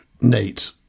nate